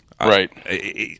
Right